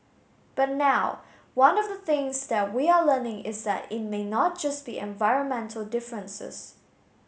but now one of the things that we are learning is that it may not be just environmental differences